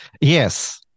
Yes